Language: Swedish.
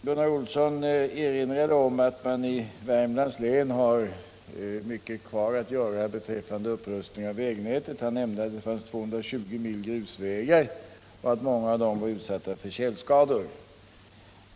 Gunnar Olsson erinrade om att man i Värmlands län har mycket kvar att göra beträffande upprustning av vägnätet. Han nämnde att det finns 220 mil grusvägar och att många av dem brukar vara utsatta för tjälskador.